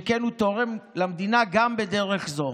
שכן הוא תורם למדינה גם בדרך זו.